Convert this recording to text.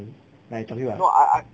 like actually like